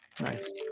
Nice